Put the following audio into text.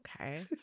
Okay